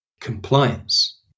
compliance